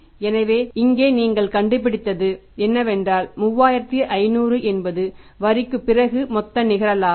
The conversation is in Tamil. எனவே இங்கே நீங்கள் கண்டுபிடித்தது என்னவென்றால் 3500 என்பது வரிக்குப் பிறகு மொத்த நிகர லாபம்